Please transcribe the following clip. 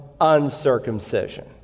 uncircumcision